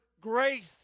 grace